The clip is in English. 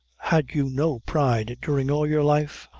had you no pride during all your life!